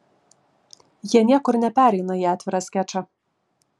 jie niekur nepereina į atvirą skečą